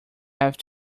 have